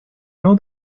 know